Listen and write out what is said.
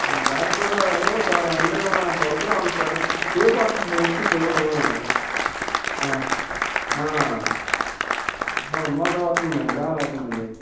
gas కూడా ఏమో sir ఉండేమొ డౌట్గా ఉంది సార్ త్రెన్పోస్తుంది ఎక్కిళ్ళు ఆ ఆ బాగా అవుతుందండి బాగా అవుతుందండి